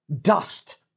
Dust